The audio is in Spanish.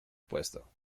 puesto